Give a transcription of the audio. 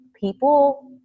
people –